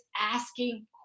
asking